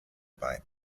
bei